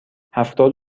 هفتاد